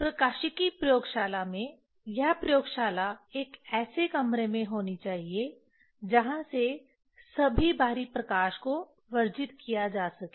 प्रकाशिकी प्रयोगशाला में यह प्रयोगशाला एक ऐसे कमरे में होनी चाहिए जहां से सभी बाहरी प्रकाश को वर्जित किया जा सके